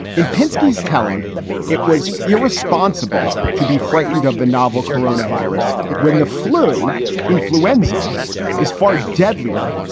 in pinsky's telling it was irresponsible to be frightened of the novel corona virus when the flu influenza is far deadlier,